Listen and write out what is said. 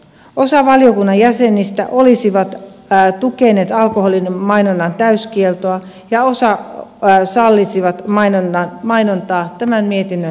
osa valiokunnan jäsenistä olisi tukenut alkoholin mainonnan täyskieltoa ja osa sallisi mainonnan tämän mietinnön mukaisesti